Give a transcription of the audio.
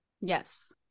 Yes